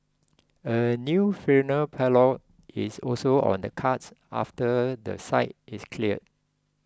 a new funeral parlour is also on the cards after the site is cleared